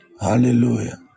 Hallelujah